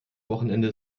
wochenende